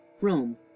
Rome